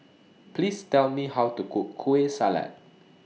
Please Tell Me How to Cook Kueh Salat